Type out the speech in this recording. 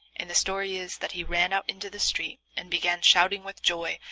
and the story is that he ran out into the street and began shouting with joy,